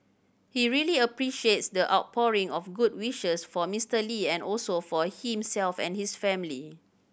he really appreciates the outpouring of good wishes for Mister Lee and also for himself and his family